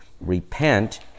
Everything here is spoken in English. Repent